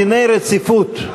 דיני רציפות,